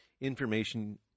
information